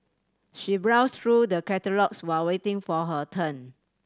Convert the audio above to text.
she browsed through the catalogues while waiting for her turn